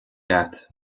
agat